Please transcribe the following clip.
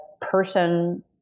person –